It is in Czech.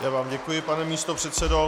Já vám děkuji, pane místopředseda.